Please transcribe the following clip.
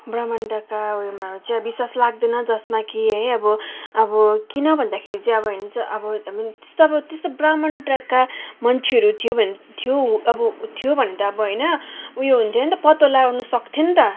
ब्रम्हाण्डका उयोमाहरू चाहिँ विश्वास लाग्दैन जसमा कि है अब अब किन भन्दाखेरि चोहिँ अब त्यसतो अब ब्रम्हाण्डका मान्छेहरू थियो भने थियो भने त अब होइन उयो हुन्थ्यो नि त पत्तो लाउन सक्थ्यो नि त